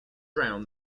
drown